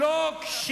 האידיאולוג,